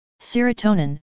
Serotonin